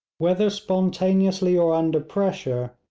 whether spontaneously or under pressure,